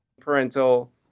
parental